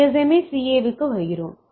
எனவே CSMA CA க்கு வருகிறோம்